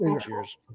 Cheers